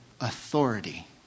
authority